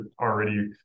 already